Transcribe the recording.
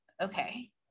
okay